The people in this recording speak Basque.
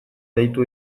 deitu